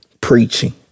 preaching